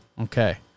Okay